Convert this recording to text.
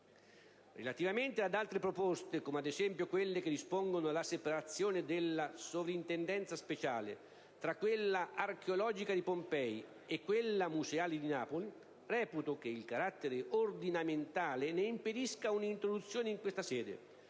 Relativamente ad altre proposte, come ad esempio quelle che dispongono la separazione della Soprintendenza speciale tra quella archeologica di Pompei e quella museale di Napoli, reputo che il carattere ordinamentale ne impedisca un'introduzione in questa sede,